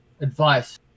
advice